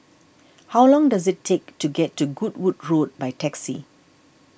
how long does it take to get to Goodwood Road by taxi